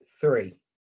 three